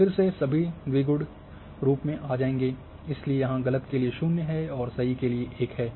फिर से सभी द्विगुण रूप में आ जाएँगे इसलिए यहाँ ग़लत के लिए 0 है और सही के लिए 1 है